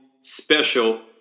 special